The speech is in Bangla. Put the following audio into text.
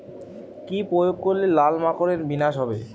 কি প্রয়োগ করলে লাল মাকড়ের বিনাশ হবে?